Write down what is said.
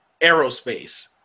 aerospace